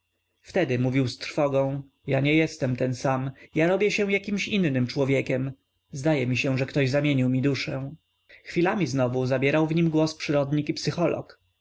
wtedy mówił z trwogą ja nie jestem ten sam ja robię się jakimś innym człowiekiem zdaje mi się że mi ktoś zamienił duszę chwilami znowu zabierał w nim głos przyrodnik